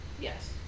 Yes